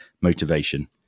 motivation